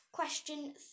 Question